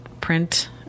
print